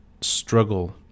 struggle